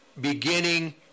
beginning